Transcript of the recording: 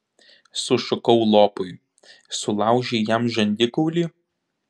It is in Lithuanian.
sušukau lopui sulaužei jam žandikaulį